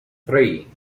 three